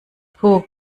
puh